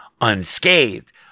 unscathed